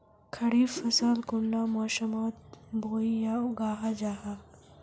खरीफ फसल कुंडा मोसमोत बोई या उगाहा जाहा?